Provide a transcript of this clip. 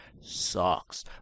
sucks